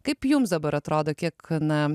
kaip jums dabar atrodo kiek na